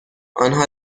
آنها